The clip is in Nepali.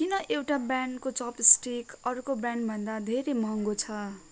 किन एउटा ब्रान्डको चपस्टिक अर्को ब्रान्डभन्दा धेरै महँगो छ